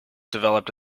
developed